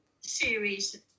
series